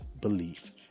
belief